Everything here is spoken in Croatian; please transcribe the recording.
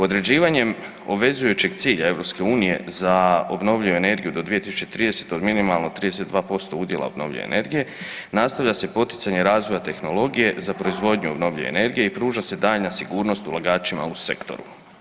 Određivanjem obvezujućeg cilja EU za obnovljivu energiju do 2030. od minimalno 32% udjela obnovljive energije, nastavlja se poticanje razvoja tehnologije za proizvodnju obnovljive energije i pruža se daljnja sigurnost ulagačima u sektoru.